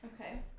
Okay